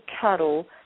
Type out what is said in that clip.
cuddle